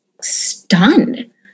stunned